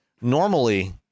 normally